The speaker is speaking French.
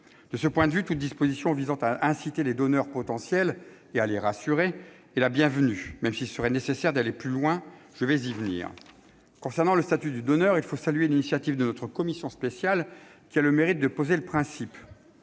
De ce point de vue, toute disposition visant à inciter les donneurs potentiels et à les rassurer est la bienvenue, même s'il serait nécessaire d'aller plus loin. Je vais y venir. Concernant le statut du donneur, il faut saluer l'initiative de notre commission spéciale, qui a le mérite de poser le principe.